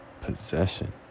possession